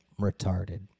retarded